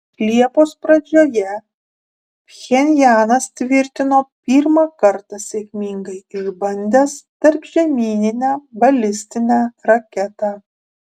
liepos pradžioje pchenjanas tvirtino pirmą kartą sėkmingai išbandęs tarpžemyninę balistinę raketą